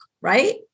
right